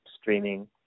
streaming